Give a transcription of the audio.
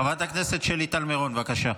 חברת הכנסת שלי טל מירון, בבקשה.